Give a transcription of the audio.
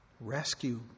rescue